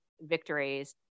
victories